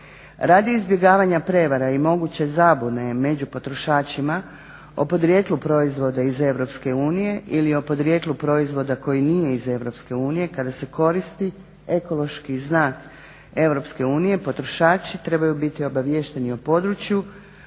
Radi izbjegavanja prevara i moguće zabune među potrošačima o podrijetlu proizvoda iz EU ili o podrijetlu proizvoda koji nije iz EU kada se koristi ekološki znak EU potrošači trebaju biti obaviješteni o području